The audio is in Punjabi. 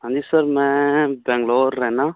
ਹਾਂਜੀ ਸਰ ਮੈਂ ਬੰਗਲੌਰ ਰਹਿੰਦਾ